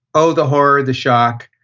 oh, the horror, the shock.